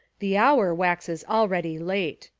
the hour waxes already late.